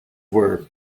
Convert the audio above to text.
were